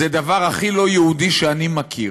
זה דבר הכי לא יהודי שאני מכיר.